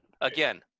again